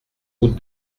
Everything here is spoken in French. route